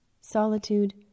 solitude